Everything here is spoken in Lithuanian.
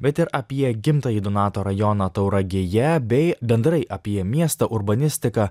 bet ir apie gimtąjį donato rajoną tauragėje bei bendrai apie miestą urbanistiką